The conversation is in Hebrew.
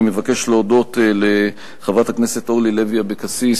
מבקש להודות לחברת הכנסת אורלי לוי אבקסיס